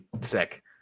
sick